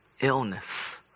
illness